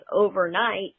overnight